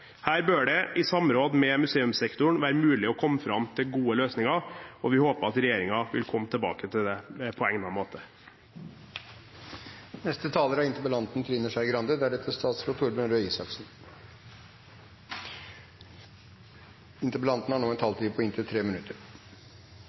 Her bør det i samråd med museumssektoren være mulig å komme fram til gode løsninger, og vi håper at regjeringen vil komme tilbake til det på egnet måte. Jeg vil takke alle som har vært med i debatten, og jeg er